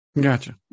Gotcha